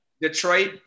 Detroit